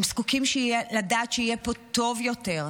הם זקוקים לדעת שיהיה פה טוב יותר,